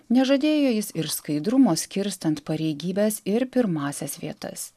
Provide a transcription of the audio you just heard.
nežadėjo jis ir skaidrumo skirstant pareigybes ir pirmąsias vietas